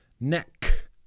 Neck